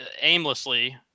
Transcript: aimlessly